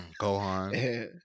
Gohan